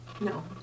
No